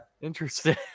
Interesting